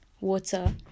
water